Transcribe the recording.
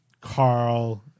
Carl